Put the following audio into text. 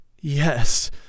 Yes